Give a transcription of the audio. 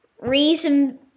Reason